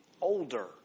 older